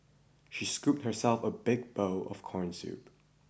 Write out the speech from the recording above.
she scooped herself a big bowl of corn soup